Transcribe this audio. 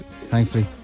Thankfully